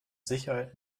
sicherheit